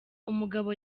umugabo